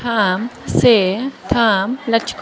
थाम से थाम लाथिख'